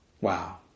Wow